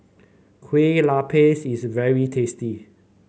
Kueh Lapis is very tasty